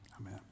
Amen